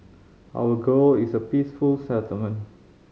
our goal is a peaceful settlement